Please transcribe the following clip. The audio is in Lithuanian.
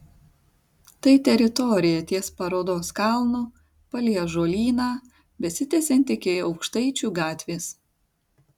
tai teritorija ties parodos kalnu palei ąžuolyną besitęsianti iki aukštaičių gatvės